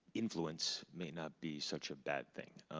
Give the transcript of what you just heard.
influence, may not be such a bad thing.